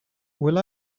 will